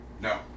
No